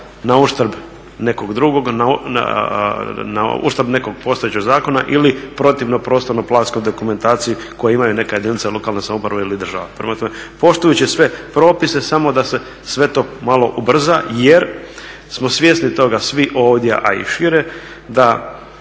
na uštrb nekog drugog, na uštrb nekog postojećeg zakona ili protivno prostorno planskoj dokumentaciji koje imaju neke jedinice lokalne samouprave ili država. Prema tome, poštujući sve propise samo da se sve to malo ubrza jer smo svjesni toga svi ovdje a i šire da